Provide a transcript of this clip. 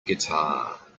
guitar